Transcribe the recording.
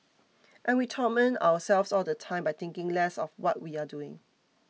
and we torment ourselves all the time by thinking less of what we're doing